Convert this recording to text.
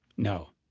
no